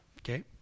Okay